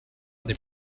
des